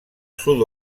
sud